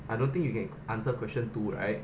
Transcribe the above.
I don't think you can answer question two right